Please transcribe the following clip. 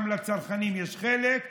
גם לצרכנים יש חלק,